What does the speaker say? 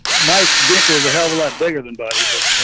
mike vic was a hell of a lot bigger than buddy, but you know,